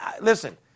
listen